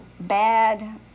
bad